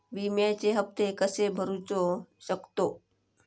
विम्याचे हप्ते कसे भरूचो शकतो?